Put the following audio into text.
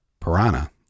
Piranha